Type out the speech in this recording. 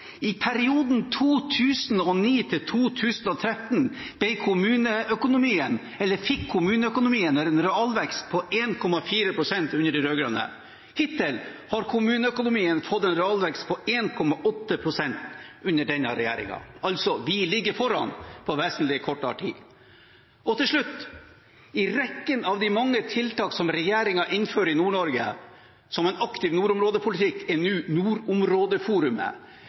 I perioden 2009–2013, under de rød-grønne, fikk kommuneøkonomien en realvekst på 1,4 pst. Hittil har kommuneøkonomien fått en realvekst på 1,8 pst. under denne regjeringen. Vi ligger altså foran på vesentlig kortere tid. Til slutt: I rekken av de mange tiltak som regjeringen innfører i Nord-Norge som en aktiv nordområdepolitikk, er nordområdeforumet,